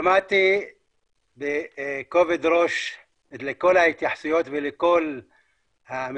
שמעתי בכובד ראש את כל ההתייחסויות ואת כל המדברים.